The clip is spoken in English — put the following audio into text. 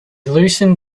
loosened